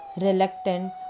reluctant